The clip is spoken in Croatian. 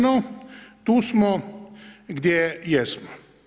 No, tu smo gdje jesmo.